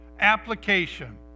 application